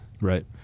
right